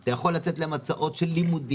אתה יכול לתת להם הצעות של לימודים,